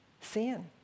Sin